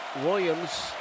Williams